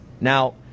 Now